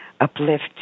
uplift